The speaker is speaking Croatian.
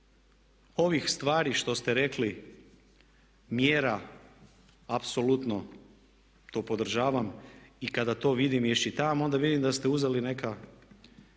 ovih stvari što ste rekli mjera apsolutno to podržavam i kada to vidim i iščitavam onda vidim da ste uzeli neka